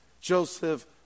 Joseph